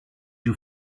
you